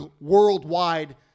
worldwide